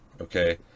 okay